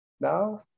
now